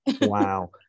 Wow